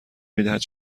میدهد